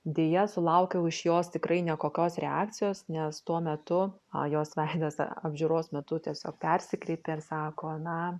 deja sulaukiau iš jos tikrai nekokios reakcijos nes tuo metu a jos veidas apžiūros metu tiesiog persikreipė ir sako na